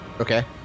Okay